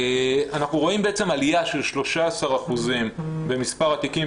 אנחנו רואים בעצם עליה של 13% במספר התיקים